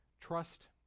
trust